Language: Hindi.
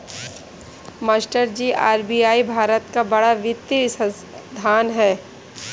मास्टरजी आर.बी.आई भारत का बड़ा वित्तीय संस्थान है